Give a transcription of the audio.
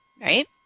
right